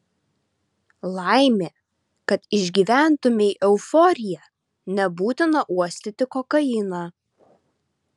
laimė kad išgyventumei euforiją nebūtina uostyti kokainą